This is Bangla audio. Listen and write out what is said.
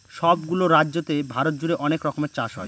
সব গুলো রাজ্যতে ভারত জুড়ে অনেক রকমের চাষ হয়